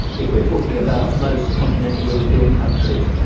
if we're talking about most continental european countries,